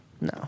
No